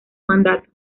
mandato